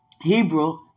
Hebrew